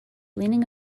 leaning